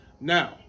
Now